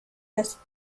das